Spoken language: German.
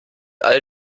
all